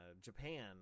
Japan